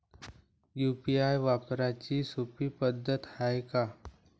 UPI वापराची सोपी पद्धत हाय का?